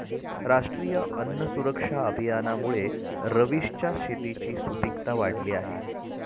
राष्ट्रीय अन्न सुरक्षा अभियानामुळे रवीशच्या शेताची सुपीकता वाढली आहे